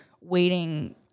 waiting